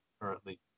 currently